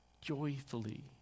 joyfully